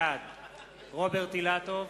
בעד רוברט אילטוב,